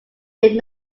did